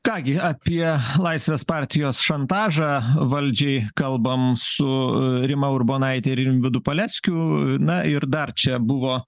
ką gi apie laisvės partijos šantažą valdžiai kalbam su rima urbonaite ir rimvydu paleckiu na ir dar čia buvo